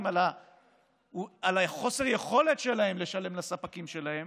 על חוסר היכולת שלהם לשלם לספקים שלהם